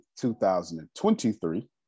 2023